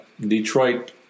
Detroit